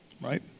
Right